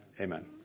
Amen